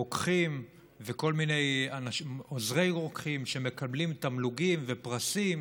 רוקחים ועוזרי רוקחים שמקבלים תמלוגים ופרסים